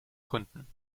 gründen